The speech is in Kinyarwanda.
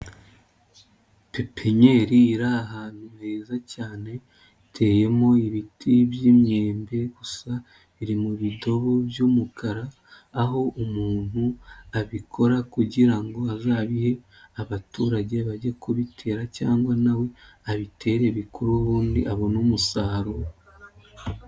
Pipinyeri iri ahantu heza cyane hateyemo ibiti by'imyembe gusa biri mu ibidobo by'umukara aho umuntu abikora kugira ngo azabihe abaturage bajye kubitera cyangwa nawe abitere bikure ubundi abone umusaruro.